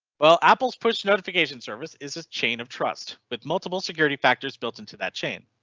well, apple's push notification services this chain of trust with multiple security factors built into that chain.